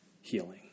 healing